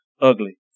ugly